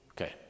Okay